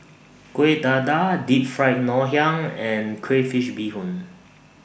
Kueh Dadar Deep Fried Ngoh Hiang and Crayfish Beehoon